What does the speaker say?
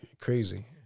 Crazy